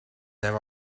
there